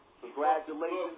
Congratulations